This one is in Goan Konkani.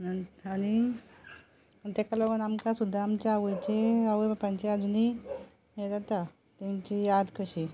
आनी ताका लागून आमकां सुद्दां आमच्या आवयचें आवय बापायचें आजुनी हें जाता तांची याद कशी